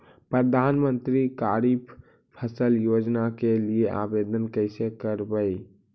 प्रधानमंत्री खारिफ फ़सल योजना के लिए आवेदन कैसे करबइ?